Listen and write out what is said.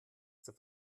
zur